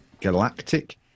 galactic